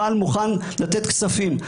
הבעל מוכן לתת כספים.